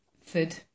food